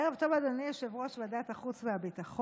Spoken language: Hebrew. ערב טוב, אדוני יושב-ראש ועדת החוץ והביטחון.